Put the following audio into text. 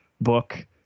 book